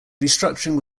restructuring